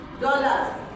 dollars